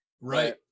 Right